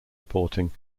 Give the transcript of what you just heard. reporting